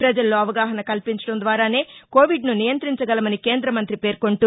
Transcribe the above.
ప్రజల్లో అవగాహన కల్పించడం ద్వారానే కోవిడ్ను నియంఁతించగలమని కేంఁదమంఁతి పేర్కొంటూ